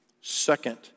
Second